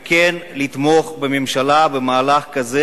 וכן עליה לתמוך בממשלה במהלך כזה,